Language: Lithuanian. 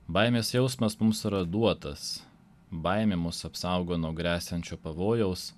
baimės jausmas mums yra duotas baimė mus apsaugo nuo gresiančio pavojaus